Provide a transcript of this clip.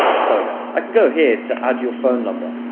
so, i can go here, to add your phone number.